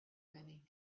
many